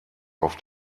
auf